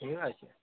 ঠিক আছে